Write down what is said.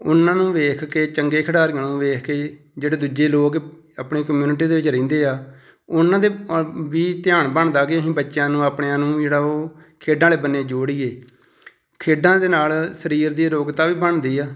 ਉਹਨਾਂ ਨੂੰ ਵੇਖ ਕੇ ਚੰਗੇ ਖਿਡਾਰੀਆਂ ਨੂੰ ਵੇਖ ਕੇ ਜਿਹੜੇ ਦੂਜੇ ਲੋਕ ਆਪਣੇ ਕਮਿਊਨਿਟੀ ਦੇ ਵਿੱਚ ਰਹਿੰਦੇ ਆ ਉਹਨਾਂ ਦੇ ਵੀ ਧਿਆਨ ਬਣਦਾ ਕਿ ਅਸੀਂ ਬੱਚਿਆਂ ਨੂੰ ਆਪਣਿਆਂ ਨੂੰ ਜਿਹੜਾ ਉਹ ਖੇਡਾਂ ਵਾਲੇ ਬੰਨੇ ਜੋੜੀਏ ਖੇਡਾਂ ਦੇ ਨਾਲ਼ ਸਰੀਰ ਦੀ ਅਰੋਗਤਾ ਵੀ ਬਣਦੀ ਆ